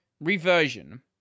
reversion